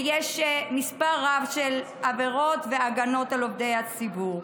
ויש מספר רב של עבירות והגנות על עובדי הציבור.